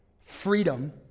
Freedom